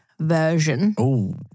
version